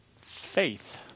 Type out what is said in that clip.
faith